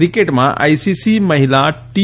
ક્રિકે માં આઇસીસી મહિલા તી